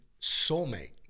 soulmate